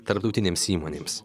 tarptautinėms įmonėms